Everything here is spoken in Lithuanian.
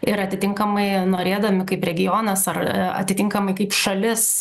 ir atitinkamai norėdami kaip regionas ar atitinkamai kaip šalis